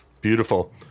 Beautiful